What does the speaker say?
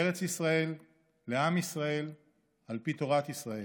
ארץ ישראל לעם ישראל על פי תורת ישראל.